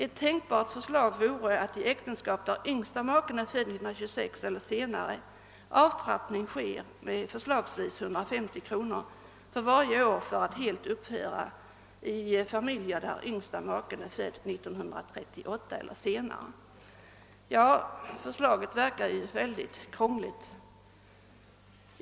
Ett tänkbart förslag vore att i äktenskap där yngste maken är född 1926 eller senare avtrappning sker med förslagsvis 150 kronor för varje år för att helt upphöra i familjer där yngsta maken är född 1938 eller senare.» Ja, förslaget verkar ju mycket krångligt.